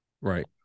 right